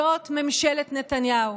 זאת ממשלת נתניהו,